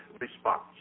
response